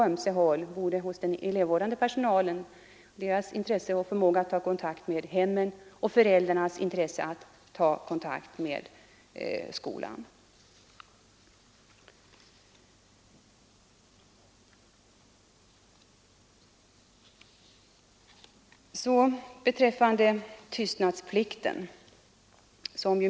Det gäller både den elevvårdande personalens intresse och förmåga att ta kontakt med hemmen och föräldrarnas intresse att ta kontakt med skolan.